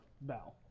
bow